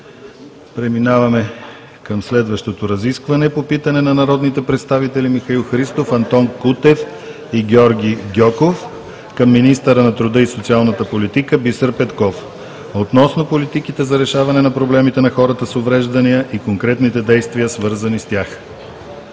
Преминаваме към следващото разискване по питане на народните представители Михаил Христов, Антон Кутев и Георги Гьоков към министъра на труда и социалната политика Бисер Петков относно политиките за решаване на проблемите на хората с увреждания и конкретните действия, свързани с тях.